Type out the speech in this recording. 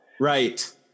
right